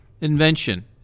invention